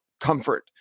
comfort